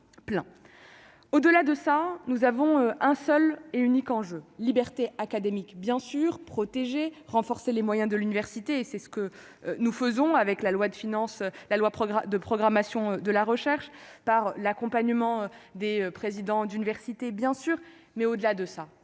au-delà de ça nous avons un seul et unique enjeu liberté académique bien sûr protéger renforcer les moyens de l'université, et c'est ce que nous faisons avec la loi de finances, la loi programme de programmation de la recherche par l'accompagnement des présidents d'université, bien sûr, mais au-delà de ça,